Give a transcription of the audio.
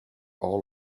all